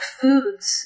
foods